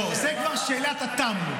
לא, זו כבר שאלת התם.